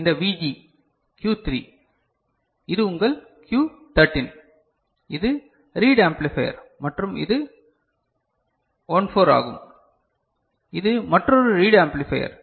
இந்த VG Q3 இது உங்கள் Q 13 இது ரீட் ஆம்ப்ளிபையர் மற்றும் இது 14 ஆகும் இது மற்றொரு ரீட் ஆம்ப்ளிபையர்